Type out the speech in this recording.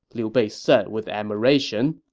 liu bei said with admiration.